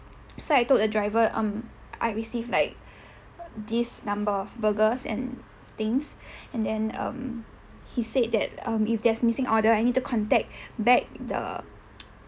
so I told the driver um I receive like this number of burgers and things and then um he said that um if there's missing order I need to contact back the